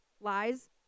lies